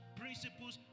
principles